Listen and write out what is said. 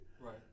right